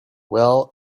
well